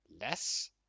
less